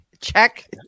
check